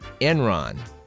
Enron